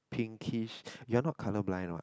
pinkish you are not colourblind what